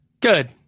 Good